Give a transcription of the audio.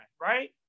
right